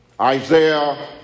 Isaiah